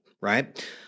right